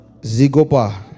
Zigopa